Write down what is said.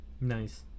Nice